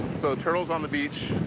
so turtles on the beach